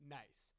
nice